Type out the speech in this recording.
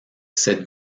cette